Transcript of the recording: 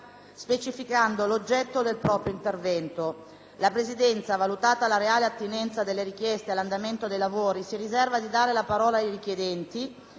specificando l'oggetto del proprio intervento. La Presidenza, valutata la reale attinenza delle richieste all'andamento dei lavori, si riserva di dare la parola ai richiedenti